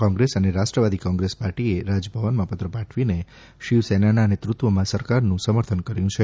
કોગ્રેસ અને રાષ્ટ્રવાદી કોગ્રેસ પાર્ટીએ રાજભવનમાં પત્ર પાઠવીને શિવસેનાના નેતૃત્વમાં સરકારનું સમર્થન કર્યું છે